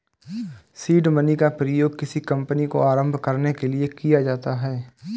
seed money का प्रयोग किसी कंपनी को आरंभ करने के लिए किया जाता है